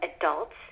adults